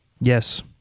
Yes